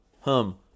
Hum